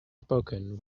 spoken